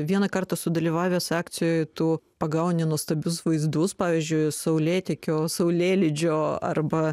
vieną kartą sudalyvavęs akcijoje tu pagauni nuostabius vaizdus pavyzdžiui saulėtekio saulėlydžio arba